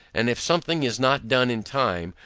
and if something is not done in time,